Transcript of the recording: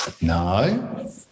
No